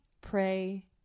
pray